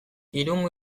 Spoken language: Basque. irungo